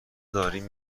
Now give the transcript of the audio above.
داریم